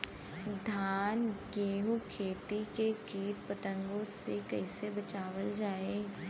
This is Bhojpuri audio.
धान गेहूँक खेती के कीट पतंगों से कइसे बचावल जाए?